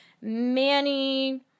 Manny